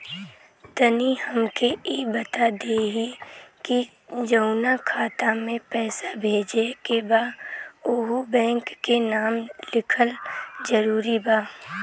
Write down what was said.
तनि हमके ई बता देही की जऊना खाता मे पैसा भेजे के बा ओहुँ बैंक के नाम लिखल जरूरी बा?